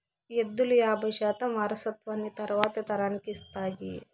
ఎద్దులు యాబై శాతం వారసత్వాన్ని తరువాతి తరానికి ఇస్తాయి